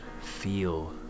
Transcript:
feel